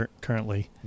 currently